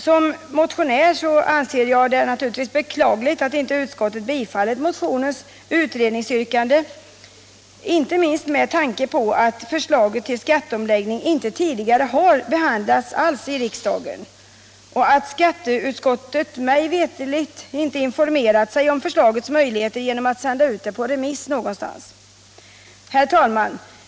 Som motionär anser jag det beklagligt att inte utskottet tillstyrkt motionens utredningsyrkande, inte minst med tanke på att förslaget till skatteomläggning inte tidigare behandlats alls av riksdagen och att skatteutskottet mig veterligt icke informerat sig om förslagets möjligheter genom att sända ut det på remiss. Herr talman!